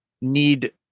need